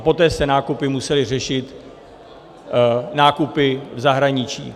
Poté se nákupy musely řešit nákupy v zahraničí.